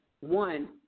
one